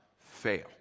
fail